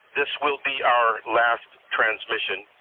this will be our last transmission.